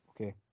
Okay